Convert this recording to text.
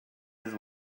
his